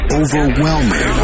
overwhelming